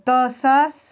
دہ ساس